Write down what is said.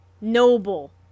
noble